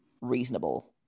reasonable